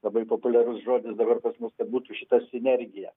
labai populiarus žodis dabar pas mus kad būtų šita sinergija